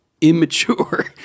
immature